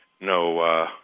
No